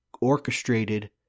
orchestrated